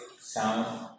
sound